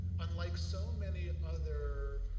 unlike so many other